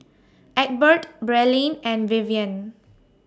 Egbert Braelyn and Vivian